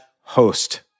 host